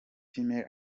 female